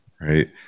right